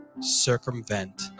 circumvent